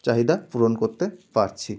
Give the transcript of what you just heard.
চাহিদা পূরণ করতে পারছি